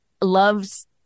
loves